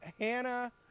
Hannah